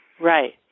Right